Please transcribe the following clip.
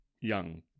young